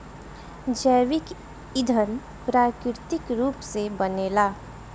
जैविक ईधन प्राकृतिक रूप से बनेला